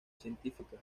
científica